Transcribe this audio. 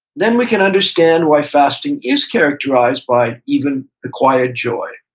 then we can understand why fasting is characterized by even a quiet joy.